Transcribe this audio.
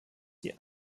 die